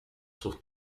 sus